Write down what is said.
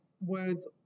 words